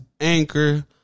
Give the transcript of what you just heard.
Anchor